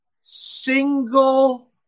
single